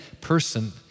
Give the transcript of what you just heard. person